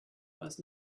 was